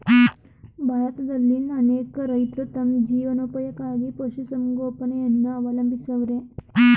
ಭಾರತದಲ್ಲಿನ್ ಅನೇಕ ರೈತ್ರು ತಮ್ ಜೀವನೋಪಾಯಕ್ಕಾಗಿ ಪಶುಸಂಗೋಪನೆಯನ್ನ ಅವಲಂಬಿಸವ್ರೆ